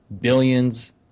billions